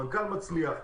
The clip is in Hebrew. מנכ"ל מצליח,